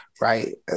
right